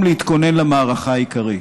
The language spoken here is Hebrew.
במקום להתכונן למערכה העיקרית,